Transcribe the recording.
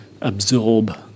absorb